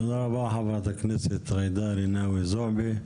תודה, ג'ידא רינאוי זועבי.